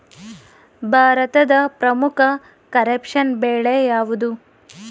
ಭಾರತದ ಪ್ರಮುಖ ಖಾರೇಫ್ ಬೆಳೆ ಯಾವುದು?